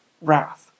wrath